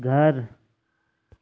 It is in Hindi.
घर